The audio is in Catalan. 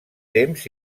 temps